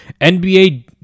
NBA